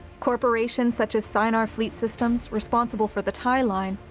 corporations such as seinar fleet systems responsible for the tie line,